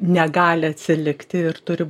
negali atsilikti ir turi